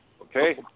Okay